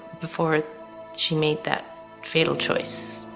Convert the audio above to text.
before she made that fatal choice,